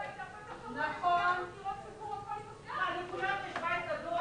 לראות אם אפשר להתכנס לעניין הזה.